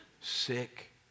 Sick